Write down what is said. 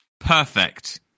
Perfect